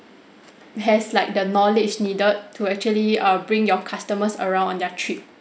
has like the knowledge needed to actually err bring your customers around on their trip